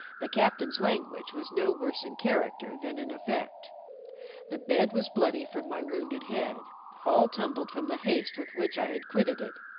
the captain's language was no worse in character than in effect the bed was bloody from my wounded head, all tumbled from the haste with which i had quitted it,